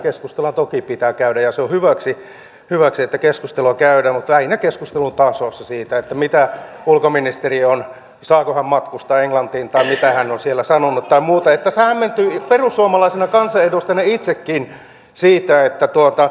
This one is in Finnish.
keskusteluahan toki pitää käydä ja se on hyväksi että keskustelua käydään mutta lähinnä keskustelun tasossa siitä saako ulkoministeri matkustaa englantiin tai mitä hän on siellä sanonut tai muuta hämmentyy perussuomalaisena kansanedustaja itsekin siitä mikä on perussuomalaisten kanta